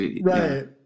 Right